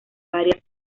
varias